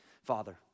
Father